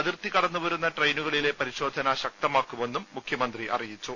അതിർത്തി കടന്നുവരുന്ന ട്രെയിനുകളിലെ പരിശോധന ശക്തമാക്കുമെന്നും മുഖ്യമന്ത്രി അറിയിച്ചു